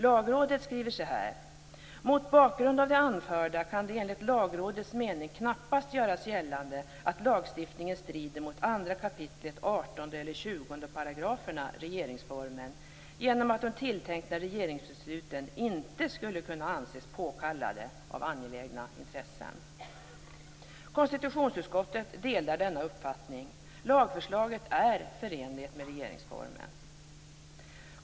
Lagrådet skriver: "Mot bakgrund av det anförda kan det enligt Lagrådets mening knappast göras gällande att lagstiftningen strider mot 2 kap. 18 eller 20 §§ regeringsformen genom att de tilltänkta regeringsbesluten inte skulle kunna anses påkallade av angelägna intressen" Konstitutionsutskottet delar denna uppfattning. Lagförslaget är förenligt med regeringsformen.